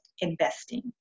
investing